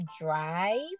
drive